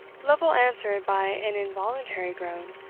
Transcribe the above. lovel answered by an involulatary groan.